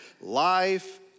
life